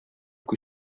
kui